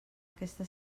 aquesta